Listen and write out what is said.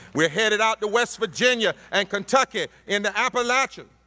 we're headed out to west virginia and kentucky in the appalachia and